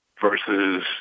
versus